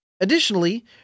Additionally